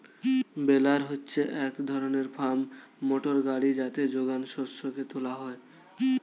বেলার হচ্ছে এক ধরনের ফার্ম মোটর গাড়ি যাতে যোগান শস্যকে তোলা হয়